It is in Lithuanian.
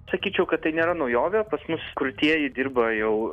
sakyčiau kad tai nėra naujovė pas mus kurtieji dirba jau